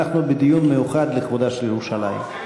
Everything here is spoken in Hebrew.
אנחנו בדיון מיוחד לכבודה של ירושלים.